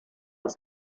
als